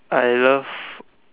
I love